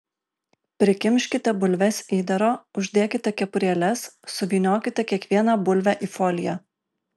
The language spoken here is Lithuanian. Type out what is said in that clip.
prikimškite bulves įdaro uždėkite kepurėles suvyniokite kiekvieną bulvę į foliją